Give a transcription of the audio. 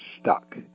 stuck